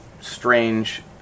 strange